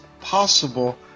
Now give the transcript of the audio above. possible